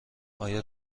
آیا